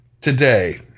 today